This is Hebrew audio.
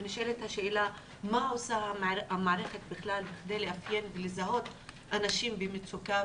ונשאלת השאלה מה עושה המערכת בכלל כדי לאפיין ולזהות אנשים במצוקה,